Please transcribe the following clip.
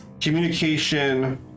communication